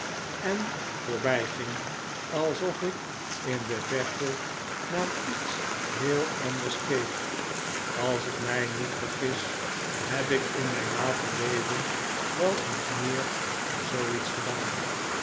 en voorbijging alsof ik in de verte naar iets heel anders keek als ik mij niet vergis heb ik in mijn later leven wel eens meer zooiets gedaan